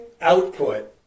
output